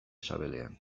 sabelean